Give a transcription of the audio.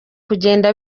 kugenda